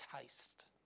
taste